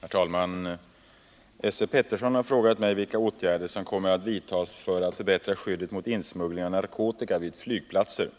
Herr talman! Esse Petersson har frågat mig vilka åtgärder som kommer att vidtagas för att förbättra skyddet mot insmuggling av narkotika vid flygplatser.